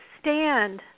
stand